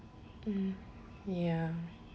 mm ya